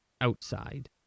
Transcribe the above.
outside